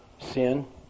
sin